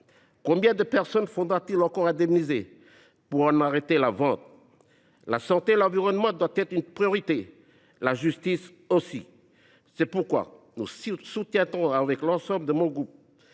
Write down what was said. Combien de personnes faudra t il encore indemniser pour en arrêter la vente ? La santé et l’environnement doivent être une priorité ; la justice aussi. C’est pourquoi l’ensemble de notre groupe